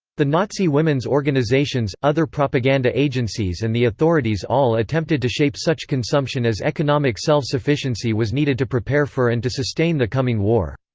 the nazi women's organizations, other propaganda agencies and the authorities all attempted to shape such consumption as economic self-sufficiency was needed to prepare for and to sustain the coming war.